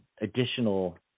additional